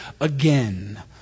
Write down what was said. again